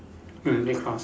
mm red cross